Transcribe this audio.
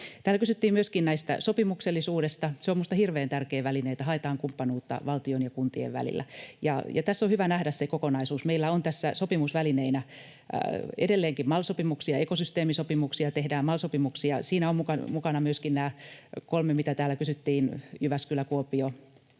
Täällä kysyttiin myöskin sopimuksellisuudesta: Se on minusta hirveän tärkeä väline, että haetaan kumppanuutta valtion ja kuntien välillä. Tässä on hyvä nähdä se kokonaisuus. Meillä on tässä sopimusvälineinä edelleenkin MAL-sopimukset ja ekosysteemisopimukset. MAL-sopimuksissa ovat mukana myöskin nämä kolme, mitä täällä kysyttiin, Jyväskylä, Kuopio